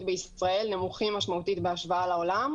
בישראל נמוכים משמעותית בהשוואה לעולם,